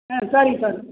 ஆ சரிங்க சார்